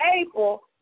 April